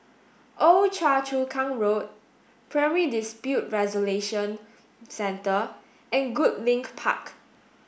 Old Choa Chu Kang Road Primary Dispute Resolution Centre and Goodlink Park